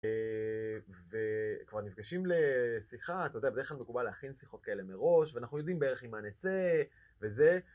וכבר נפגשים לשיחה, אתה יודע בדרך כלל מקובל להכין שיחות כאלה מראש, ואנחנו יודעים בערך עם מה נצא וזה.